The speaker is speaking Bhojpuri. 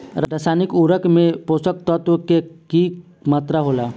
रसायनिक उर्वरक में पोषक तत्व के की मात्रा होला?